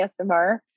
asmr